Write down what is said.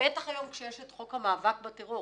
בטח היום כשיש את חוק המאבק בטרור,